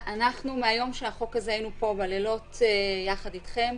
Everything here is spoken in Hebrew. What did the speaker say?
אנחנו מהיום שהתחיל החוק הזה היינו פה בלילות יחד אתכם,